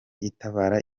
itabara